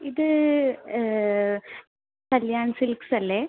ഇത് കല്യാൺ സിൽക്സല്ലേ